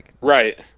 Right